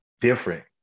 different